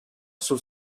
sul